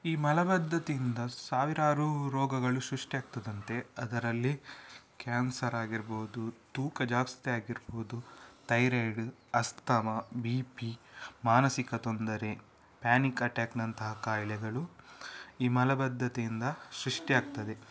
ಈ ಮಲಬದ್ಧತೆಯಿಂದ ಸಾವಿರಾರು ರೋಗಗಳು ಸೃಷ್ಟಿಯಾಗ್ತದಂತೆ ಅದರಲ್ಲಿ ಕ್ಯಾನ್ಸರ್ ಆಗಿರ್ಬೋದು ತೂಕ ಜಾಸ್ತಿ ಆಗಿರ್ಬೋದು ಥೈರೈಡ್ ಅಸ್ತಮ ಬಿ ಪಿ ಮಾನಸಿಕ ತೊಂದರೆ ಪ್ಯಾನಿಕ್ ಅಟ್ಯಾಕಿನಂತಹ ಕಾಯಿಲೆಗಳು ಈ ಮಲಬದ್ದತೆಯಿಂದ ಸೃಷ್ಟಿಯಾಗ್ತದೆ